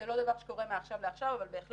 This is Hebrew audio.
זה לא דבר שקורה מעכשיו לעכשיו אבל בהחלט